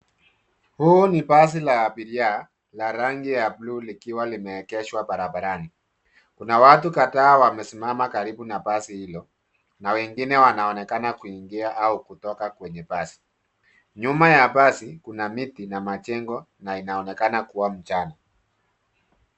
Huu ni basi la abiria la rangi ya blue , likiwa limeegeshwa barabarani. Kuna watu kadhaa wamesimama karibu na basi hilo, na wengine wanaonekana kuingia au kutoka kwenye basi. Nyuma ya basi kuna miti na majengo, na inaonekana kua mchana.